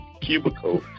cubicle